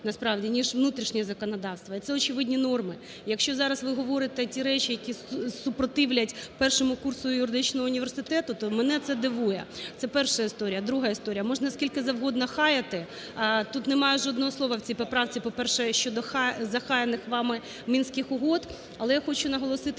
насправді, ніж внутрішнє законодавство і це очевидні норми. Якщо зараз ви говорите ті речі, які супротивлять першому курсу юридичного університету, то мене це дивує, це перша історія. Друга історія. Можна скільки завгодно хаяти, тут немає жодного слова в цій поправці, по-перше, щодо захаяних вами, Мінських угод, але я хочу наголосити,